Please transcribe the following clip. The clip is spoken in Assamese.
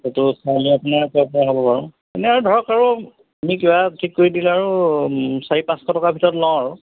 সেইটো চাই লৈ আপোনাৰ পৰা হ'ব বাৰু এনে আৰু ধৰক আৰু আমি কিবা ঠিক কৰি দিলে আৰু চাৰি পাঁচশ টকাৰ ভিতৰত লওঁ আৰু